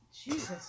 Jesus